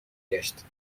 گشت